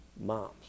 Moms